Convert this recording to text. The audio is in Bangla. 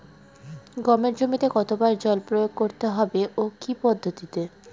গমের জমিতে কতো বার জল প্রয়োগ করতে হবে ও কি পদ্ধতিতে?